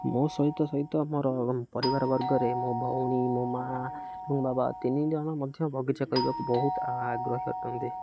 ମୋ ସହିତ ସହିତ ମୋର ପରିବାର ବର୍ଗରେ ମୋ ଭଉଣୀ ମୋ ମାଆ ମୋ ବାବା ତିନି ଜଣ ମଧ୍ୟ ବଗିଚା କରିବାକୁ ବହୁତ ଆଗ୍ରହୀ ଅଟନ୍ତି